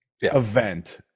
event